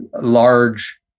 large